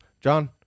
John